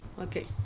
okay